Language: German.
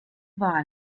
wahl